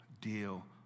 deal